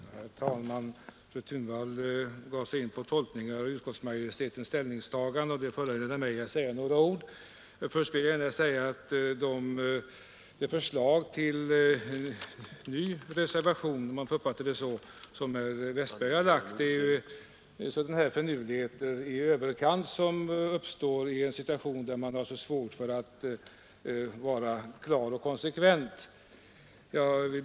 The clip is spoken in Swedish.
Herr talman! Fru Thunvall gav sig här in på tolkningar av utskottsmajoritetens ställningstagande och det föranleder mig att säga några ord Men först vill jag säga att det förslag till ny reservation om jag får uppfatta det så — som herr Westberg i Ljusdal lagt fram är en sådan där finurlighet i överkant som man tar till i en situation då man har svårt att vara klar och konsekvent.